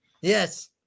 Yes